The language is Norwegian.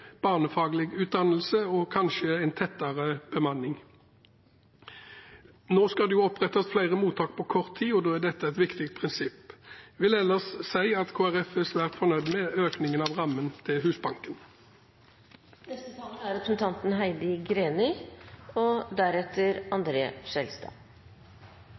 barnefaglig utdannelse og kanskje en tettere bemanning. Nå skal det opprettes flere mottak på kort tid, og da er dette et viktig prinsipp. Jeg vil ellers si at Kristelig Folkeparti er svært fornøyd med økningen av rammen til Husbanken. Det er